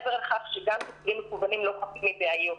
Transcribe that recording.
מעבר לכך שגם טיפולים מקוונים לא חפים מבעיות.